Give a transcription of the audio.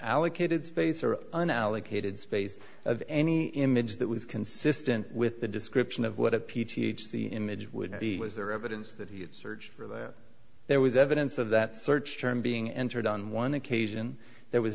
allocated space or an allocated space of any image that was consistent with the description of what a peach the image would be was there evidence that he had searched for that there was evidence of that search term being entered on one occasion there was